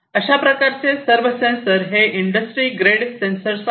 अशाप्रकारे सर्व सेन्सर हे इंडस्ट्री ग्रेड सेन्सर्स आहेत